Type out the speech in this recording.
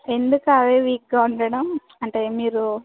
ఎందుకు అవే వీక్గా ఉండడం అంటే మీరు